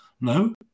No